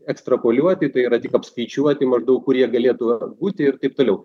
ekstrapoliuoti tai yra tik apskaičiuoti maždaug kur jie galėtų būti ir taip toliau